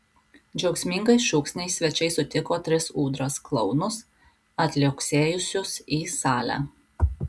džiaugsmingais šūksniais svečiai sutiko tris ūdras klounus atliuoksėjusius į salę